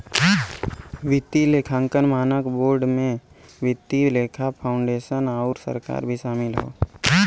वित्तीय लेखांकन मानक बोर्ड में वित्तीय लेखा फाउंडेशन आउर सरकार भी शामिल हौ